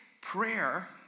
prayer